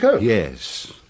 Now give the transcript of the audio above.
Yes